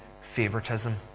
favoritism